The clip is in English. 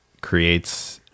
creates